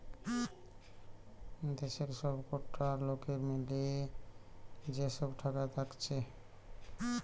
দেশের সবকটা লোকের মিলিয়ে যে সব টাকা থাকছে